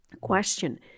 question